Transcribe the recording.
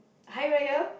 Hari-Raya